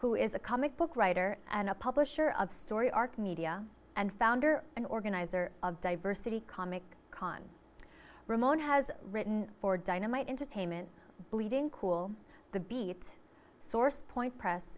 who is a comic book writer and a publisher of story arc media and founder and organizer of diversity comic con ramon has written for dynamite entertainment bleeding cool the beat source point press